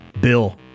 Bill